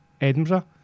Edinburgh